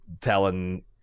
telling